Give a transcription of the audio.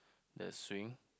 the swing